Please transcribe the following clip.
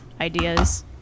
ideas